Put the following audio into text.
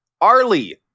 Arlie